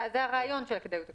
זה הרעיון של כדאיות כלכלית.